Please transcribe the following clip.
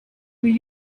were